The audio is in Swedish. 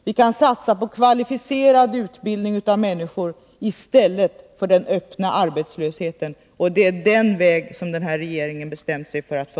Vi kan satsa på kvalificerad utbildning av människor i stället för på den öppna arbetslösheten. Det är den väg som den här regeringen bestämt sig för att gå.